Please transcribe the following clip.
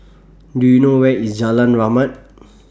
Do YOU know Where IS Jalan Rahmat